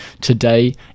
Today